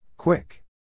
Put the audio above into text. Quick